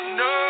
no